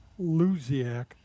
Luziak